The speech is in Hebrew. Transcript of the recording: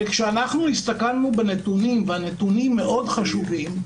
אנחנו הסתכלנו על הנתונים שהם מאוד חשובים,